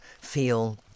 feel